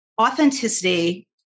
authenticity